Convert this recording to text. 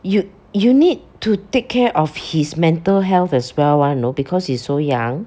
you you need to take care of his mental health as well one know because he's so young